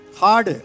hard